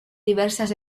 diversas